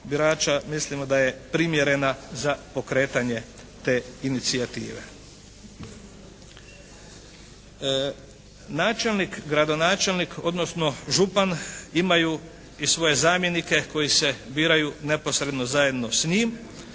mislimo da je primjerena za pokretanje te inicijative. Načelnik, gradonačelnik, odnosno župan imaju i svoje zamjenike koji se biraju neposredno zajedno s njim,